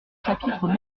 chapitre